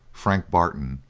frank barton,